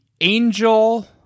Angel